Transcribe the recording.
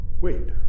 Wait